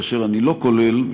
כאשר אני לא כולל,